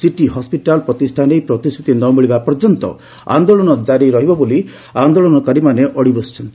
city hospital ପ୍ରତିଷା ନେଇ ପ୍ରତିଶ୍ରୁତି ନମିଳିବା ଯାଏ ଆନ୍ଦୋଳନ କାରି ରହିବ ବୋଲି ଆନ୍ଦୋଳନକାରୀମାନେ ଅଡି ବସିଛନ୍ତି